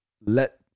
let